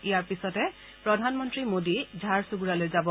ইয়াৰ পিছতে প্ৰধানমন্ত্ৰী মোডী ঝাৰচুণ্ড়ালৈ যাব